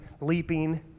leaping